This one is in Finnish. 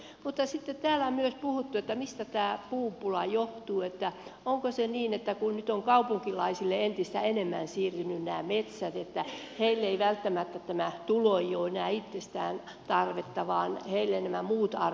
mutta sitten täällä on puhuttu myös siitä että mistä tämä puupula johtuu että onko se niin että kun nyt ovat kaupunkilaisille entistä enemmän siirtyneet nämä metsät niin heillä ei välttämättä tälle tulolle itsestään ole enää tarvetta vaan heille nämä muut arvot ovat tärkeämpiä